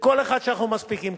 וכל אחד שאנחנו מספיקים,